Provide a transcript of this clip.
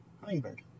hummingbird